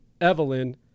Evelyn